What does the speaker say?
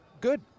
good